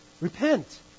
Repent